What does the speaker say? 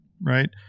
right